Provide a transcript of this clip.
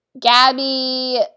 Gabby